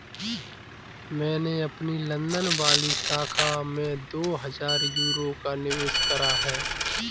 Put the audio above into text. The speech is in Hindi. मैंने अपनी लंदन वाली शाखा में दो हजार यूरो का निवेश करा है